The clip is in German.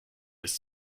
ist